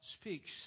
speaks